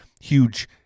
huge